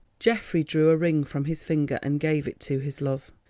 geoffrey drew a ring from his finger and gave it to his love.